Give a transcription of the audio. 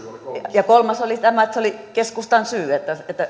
ja kolmas oli tämä että se oli keskustan syy